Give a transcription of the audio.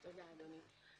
תודה, אדוני.